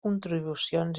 contribucions